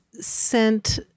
sent